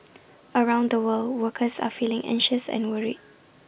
around the world workers are feeling anxious and worried